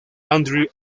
audrey